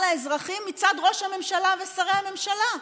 לאזרחים מצד ראש הממשלה ושרי הממשלה.